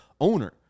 owner